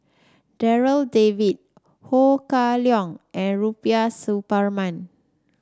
Darryl David Ho Kah Leong and Rubiah Suparman